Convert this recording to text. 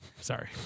Sorry